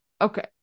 okay